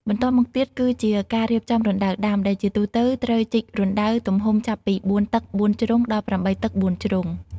បន្ទាប់មកទៀតគឺជាការរៀបចំរណ្តៅដាំ ដែលជាទូទៅត្រូវជីករណ្ដៅទំហំចាប់ពី ៤ តឹកបួនជ្រុងដល់ ៨ តឹកបួនជ្រុង។